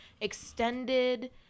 extended